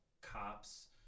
cops